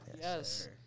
Yes